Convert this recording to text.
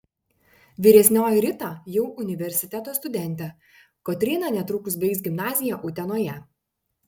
vyresnioji rita jau universiteto studentė kotryna netrukus baigs gimnaziją utenoje